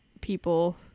people